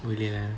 boleh ah